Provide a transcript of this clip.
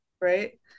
right